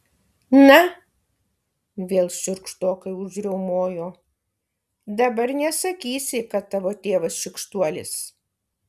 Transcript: na vėl šiurkštokai užriaumojo dabar nesakysi kad tavo tėvas šykštuolis